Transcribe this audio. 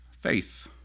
Faith